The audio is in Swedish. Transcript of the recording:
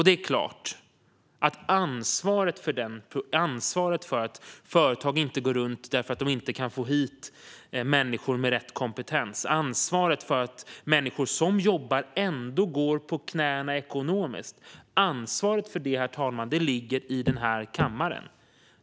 Det är klart, herr talman, att ansvaret för att företag inte går runt därför att de inte kan få hit människor med rätt kompetens och ansvaret för att människor som jobbar ändå går på knäna ekonomiskt ligger i den här kammaren.